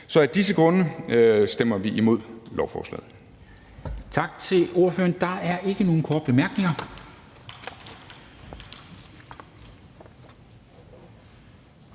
Så af disse grunde stemmer vi imod lovforslaget.